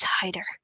tighter